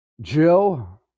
Jill